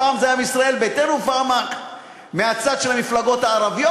פעם זה היה מישראל ביתנו ופעם מהצד של המפלגות הערביות,